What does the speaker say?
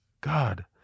God